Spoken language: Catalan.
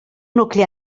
nucli